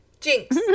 Jinx